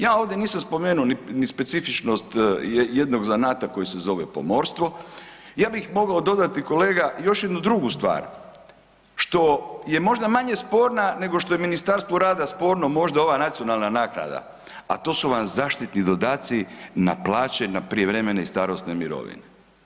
Ja ovdje nisam spomenuo ni specifičnost jednog zanata koji se zove pomorstvo, ja bih mogao dodati, kolega, još jednu drugu stvar, što je možda manje sporna nego što je Ministarstvu rada sporno možda ovo nacionalna naknada, a to su vam zaštitni dodaci na plaće, na prijevremene i starosne mirovine.